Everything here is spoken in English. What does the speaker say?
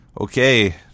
okay